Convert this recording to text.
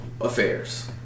affairs